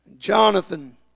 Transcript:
Jonathan